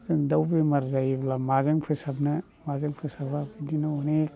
जों दाउ बेमार जायोब्ला माजों फोसाबनो माजों फोसाबा बिदिनो अनेख